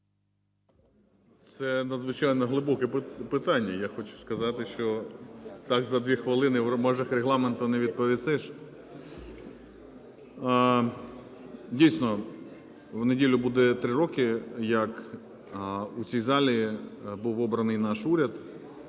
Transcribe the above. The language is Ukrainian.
Це надзвичайно глибоке питання. Я хочу сказати, що так за 2 хвилини в межах регламенту не відповісиш. Дійсно, у неділю буде 3 роки, як у цій залі був обраний наш уряд.